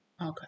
Okay